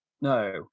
No